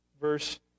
Verse